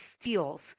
steals